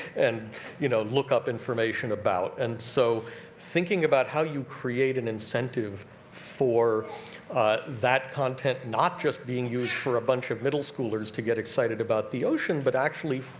and you know, look up information about. and so thinking about how you create an incentive for that content, not just being used for a bunch of middle schoolers to get excited about the ocean, but actually,